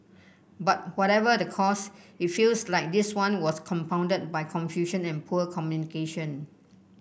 but whatever the cause it feels like this one was compounded by confusion and poor communication